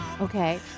Okay